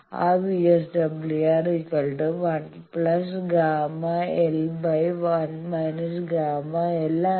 ആ VSWR VSWR1|Γ L|1−|Γ L| ആണ്